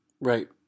Right